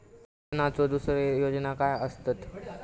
शासनाचो दुसरे योजना काय आसतत?